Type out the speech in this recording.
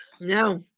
No